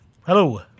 hello